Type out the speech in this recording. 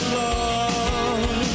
love